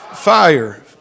Fire